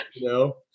no